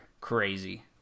crazy